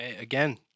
Again